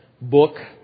book